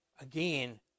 again